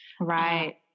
Right